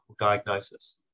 diagnosis